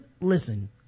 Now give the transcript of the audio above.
listen